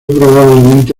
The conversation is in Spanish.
probablemente